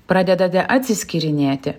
pradedate atsiskyrinėti